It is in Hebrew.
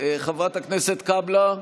חברת הכנסת קאבלה,